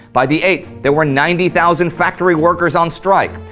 by the eighth there were ninety thousand factory workers on strike.